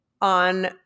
on